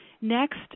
Next